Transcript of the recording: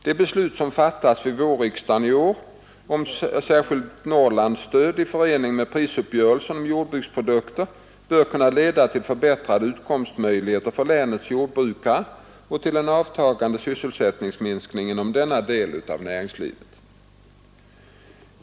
Det beslut som fattades vid vårriksdagen i år om det särskilda Norrlandsstödet i förening med prisuppgörelsen om jordbruksprodukter bör kunna leda till förbättrade utkomstmöjligheter för länets jordbrukare och till en avtagande sysselsättningsminskning inom denna del av näringslivet.